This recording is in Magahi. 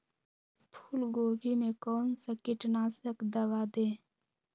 फूलगोभी में कौन सा कीटनाशक दवा दे?